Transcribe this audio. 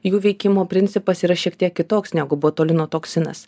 jų veikimo principas yra šiek tiek kitoks negu botulino toksinas